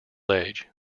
age